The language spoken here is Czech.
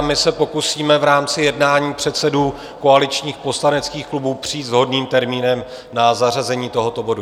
My se pokusíme v rámci jednání předsedů koaličních poslaneckých klubů přijít s vhodným termínem na zařazení tohoto bodu.